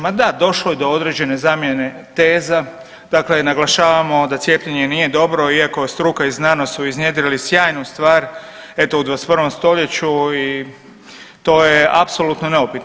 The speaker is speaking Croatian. Ma da, došlo je do određene zamjene teza, dakle naglašavamo da cijepljenje nije dobro iako struka i znanost su iznjedrili sjajnu stvar, eto, u 21. st. i to je apsolutno neupitno.